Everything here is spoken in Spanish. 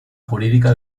jurídica